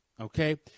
Okay